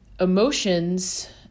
Emotions